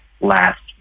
last